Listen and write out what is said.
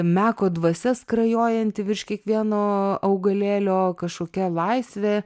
meko dvasia skrajojanti virš kiekvieno augalėlio kažkokia laisvė